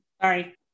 Sorry